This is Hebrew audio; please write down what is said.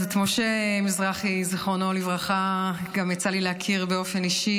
אז את משה מזרחי ז"ל גם יצא לי להכיר באופן אישי.